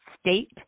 state